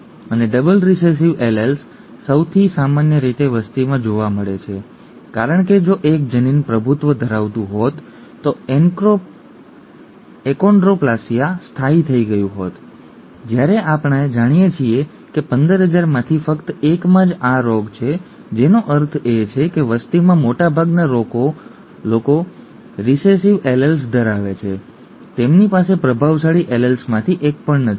અને double recessive alleles સૌથી સામાન્ય રીતે વસ્તીમાં જોવા મળે છે કારણ કે જો એક જનીન પ્રભુત્વ ધરાવતું હોત તો એકોન્ડ્રોપ્લાસિયા સ્થાયી થઈ ગયું હોત જ્યારે આપણે જાણીએ છીએ કે 15000 માંથી ફક્ત 1 માં જ આ રોગ છે જેનો અર્થ એ છે કે વસ્તીમાં મોટાભાગના લોકો રિસેસિવ એલેલ્સ ધરાવે છે તેમની પાસે પ્રભાવશાળી એલેલ્સમાંથી એક પણ નથી